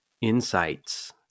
insights